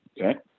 Okay